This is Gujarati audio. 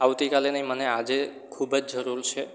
આવતીકાલે નહીં મને આજે ખૂબ જ જરૂર છે